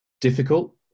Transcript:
difficult